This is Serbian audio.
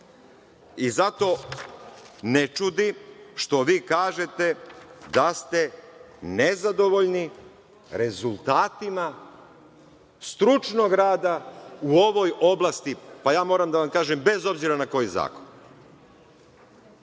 Zato ne čudi što vi kažete da ste nezadovoljni rezultatima stručnog rada u ovoj oblasti, moram da vam kažem, bez obzira na koji zakon.